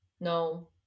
No